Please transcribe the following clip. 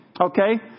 Okay